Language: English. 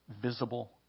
visible